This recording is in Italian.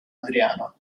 adriano